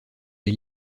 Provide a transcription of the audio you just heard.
les